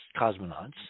cosmonauts